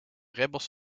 ribbels